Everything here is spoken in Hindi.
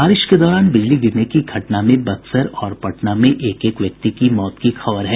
बारिश के दौरान बिजली गिरने की घटना में बक्सर और पटना में एक एक व्यक्ति की मौत की खबर है